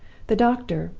the doctor,